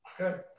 Okay